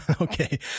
Okay